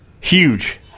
Huge